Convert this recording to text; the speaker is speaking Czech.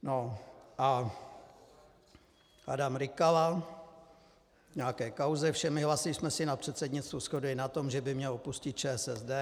No a Adam Rykala v nějaké kauze: Všemi hlasy jsme se na předsednictvu shodli na tom, že by měl opustit ČSSD.